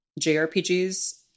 JRPGs